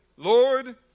Lord